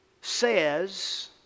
says